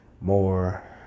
more